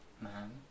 man